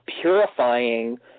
purifying